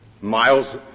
Miles